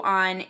on